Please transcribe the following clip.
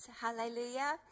Hallelujah